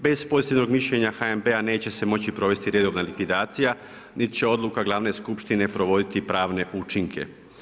Bez pozitivnog mišljenja HNB-a neće se moći provesti redovna likvidacija, niti će odluka glavne skupštine provoditi pravne učinke.